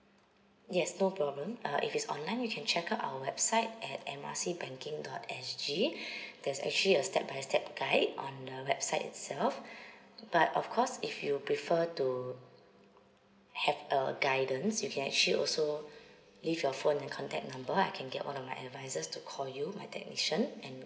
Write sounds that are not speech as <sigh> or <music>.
yes no problem uh if it's online you can check out our website at M R C banking dot S_G <breath> there's actually a step by step guide on the website itself but of course if you prefer to have err guidance you can actually also leave your phone and contact number I can get one of my advisors to call you my technician and